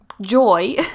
joy